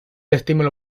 estímulo